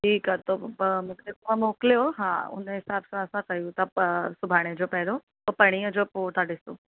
ठीकु आहे त पोइ मूंखे उहो मोकिलियो हा उन हिसाब सां असां कयूं था सुभाणे जो पहिरियों पोइ पणीहं जो पोइ था ॾिसूं